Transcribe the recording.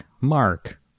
Mark